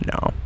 No